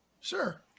sure